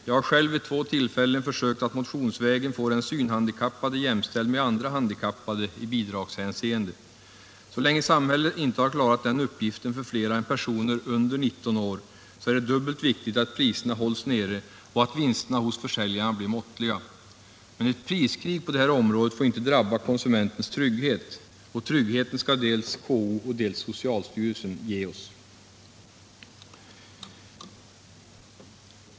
Jag har själv vid två tillfällen försökt att motionsvägen få den synhandikappade jämställd med andra handikappade i bidragshänseende. Så länge samhället inte har klarat den uppgiften för flera än personer under 19 år är det dubbelt viktigt att priserna hålls nere och att vinsterna hos försäljarna blir måttliga. Men ett priskrig på det här området får inte drabba konsumentens trygghet. Och tryggheten skall dels konsumentombudsmannen, dels socialstyrelsen ge oss.